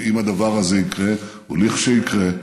ואם הדבר הזה יקרה, או כשיקרה,